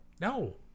No